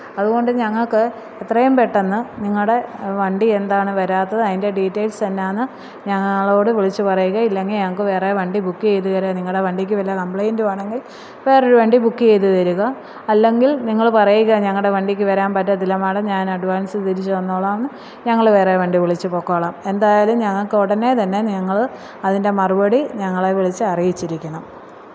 അതുകൊണ്ട് ഞങ്ങൾക്ക് എത്രയും പെട്ടെന്ന് നിങ്ങളുടെ വണ്ടി എന്താണ് വരാത്തത് അതിന്റെ ഡീറ്റേയ്ല്സ് എന്നാൽ ഒന്ന് ഞങ്ങളോട് വിളിച്ച് പറയുക ഇല്ലെങ്കിൽ ഞങ്ങൾക്ക് വേറെ വണ്ടി ബുക്ക് ചെയ്ത് തരിക നിങ്ങളുടെ വണ്ടിക്ക് വല്ല കമ്പ്ലൈൻറ്റും ആണെങ്കിൽ വേറെ ഒരു വണ്ടി ബുക്ക് ചെയ്ത് തരിക അല്ലെങ്കിൽ നിങ്ങൾ പറയുക ഞങ്ങളുടെ വണ്ടിക്ക് വരാൻ പറ്റത്തില്ല മേഡം ഞാൻ അഡ്വാൻസ്സ് തിരിച്ച് തന്നോളാം എന്ന് ഞങ്ങൾ വേറെ വണ്ടി വിളിച്ച് പൊക്കോളാം എന്തായാലും ഞങ്ങൾക്ക് ഉടനെ തന്നെ നിങ്ങൾ അതിൻ്റെ മറുപടി ഞങ്ങളെ വിളിച്ച് അറിയിച്ചിരിക്കണം